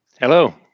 Hello